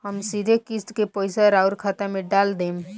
हम सीधे किस्त के पइसा राउर खाता में डाल देम?